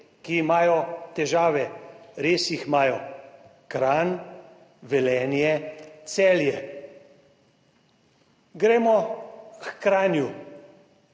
ki imajo težave, res jih imajo: Kranj, Velenje, Celje. Gremo h Kranju.